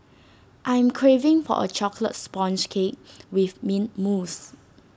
I am craving for A Chocolate Sponge Cake with Mint Mousse